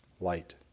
light